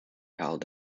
held